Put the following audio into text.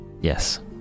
Yes